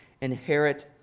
inherit